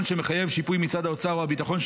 שמחייב שיפוי מצד האוצר או הביטחון,